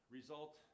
result